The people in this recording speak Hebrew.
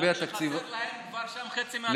לגבי התקציב, רק שחסר להם שם חצי מהתקציב, אדוני.